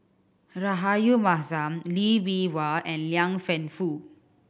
Rahayu Mahzam Lee Bee Wah and Liang Wenfu